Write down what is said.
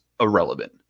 irrelevant